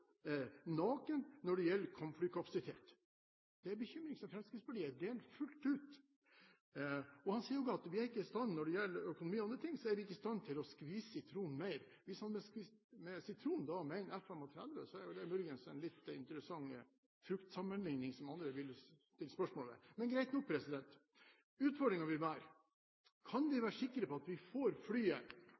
når det gjelder kampflykapasitet.» Det er en bekymring som Fremskrittspartiet deler fullt ut. Når det gjelder økonomi og andre ting sier han at vi ikke er i stand til å skvise «sitronen enda mer». Hvis han med «sitronen» mener F-35, er vel det muligens en litt interessant fruktsammenligning som andre ville stilt spørsmål ved. Men greit nok. Utfordringen vil være: Kan vi være sikre på at vi får flyet